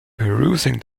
perusing